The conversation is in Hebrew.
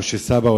משה סאבא,